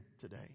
today